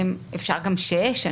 אפשר גם שש.